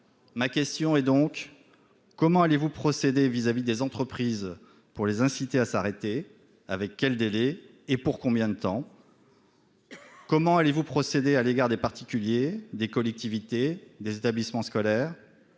ma question est donc : comment allez-vous procéder vis-à-vis des entreprises pour les inciter à s'arrêter avec quel délai et pour combien de temps. Comment allez-vous procéder à l'égard des particuliers, des collectivités, des établissements scolaires à